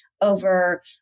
over